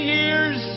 years